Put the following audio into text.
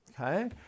Okay